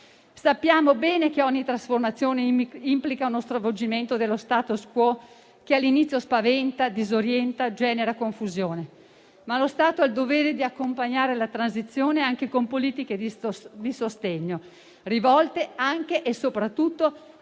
Sappiamo bene che ogni trasformazione implica uno stravolgimento dello *status quo*, che all'inizio spaventa, disorienta e genera confusione. Ma lo Stato ha il dovere di accompagnare la transizione, anche con politiche di sostegno rivolte, anche e soprattutto a chi